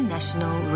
National